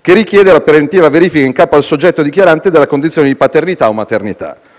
che richiede la preventiva verifica in capo al soggetto dichiarante della condizione di paternità o maternità.